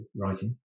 writing